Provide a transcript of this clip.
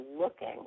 looking